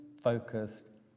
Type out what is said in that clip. focused